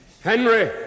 Henry